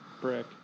Brick